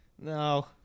No